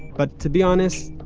but to be honest,